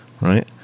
right